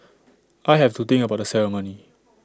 I have to think about the ceremony